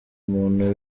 muntu